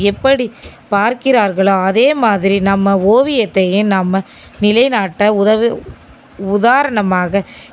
எப்படி பார்க்கிறார்களோ அதே மாதிரி நம்ம ஓவியத்தையும் நம்ம நிலைநாட்ட உதவும் உதாரணமாக